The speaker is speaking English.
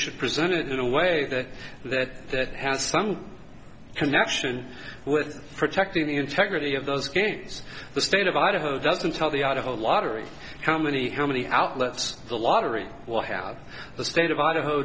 should present it in a way that has some connection with protecting the integrity of those games the state of idaho doesn't tell the idaho lottery company how many outlets the lottery will have the state of idaho